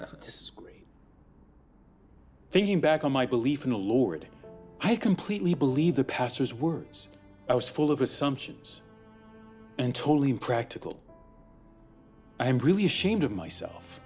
amen thinking back on my belief in the lord i completely believe the pastor's words i was full of assumptions and totally impractical i am really ashamed of myself